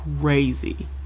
crazy